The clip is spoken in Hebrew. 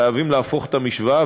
חייבים להפוך את המשוואה,